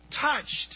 touched